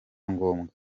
ngombwa